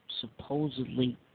supposedly